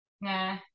nah